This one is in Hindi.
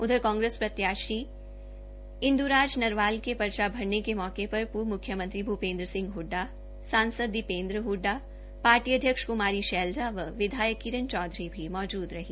उधर कांग्रेस प्रत्याशी इंदुराज नरवाल के पर्चा भरने के मौके पर पूर्व मुख्यमंत्री भूपेन्द्र सिंह ह्डडा सांसद दीपेन्द्र ह्डडा पार्टी अध्यक्ष क्मारी शैलजा व विधायक किरण चौधरी मौजूद रही